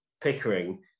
Pickering